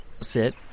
sit